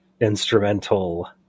instrumental